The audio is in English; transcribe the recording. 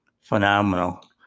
phenomenal